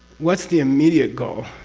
what's the immediate goal?